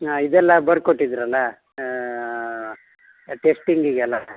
ಹಾಂ ಇದೆಲ್ಲ ಬರ್ಕೊಟ್ಟಿದ್ದರಲ್ಲ ಟೆಸ್ಟಿಂಗಿಗೆಲ್ಲ